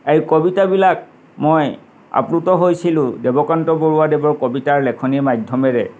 এই কবিতাবিলাক মই আপ্লুত হৈছিলোঁ দেৱকান্ত বৰুৱাদেৱৰ কবিতাৰ লেখনিৰ মাধ্যমেৰে